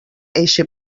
eixe